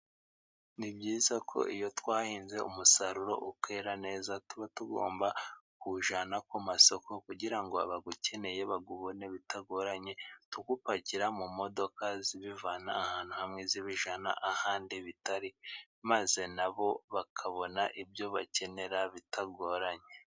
Ni byiza ko iyo twahinze, umusaruro ukera neza, tuba tugomba kuwujyana ku masoko, kugira ngo abawukeneye bawubone bitagoranye, tuwupakira mu modoka zibivana ahantu hamwe zibajyana ahandi bitari, maze na bo bakabona ibyo bakenera bitagoranye.